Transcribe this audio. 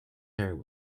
hair